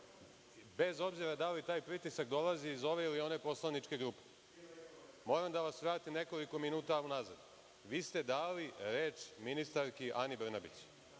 bez obzira da li taj pritisak dolazi iz ove ili one poslaničke grupe. Moram da vas vratim nekoliko minuta unazad. Dali ste reč ministarki Ani Brnabić